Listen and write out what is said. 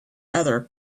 other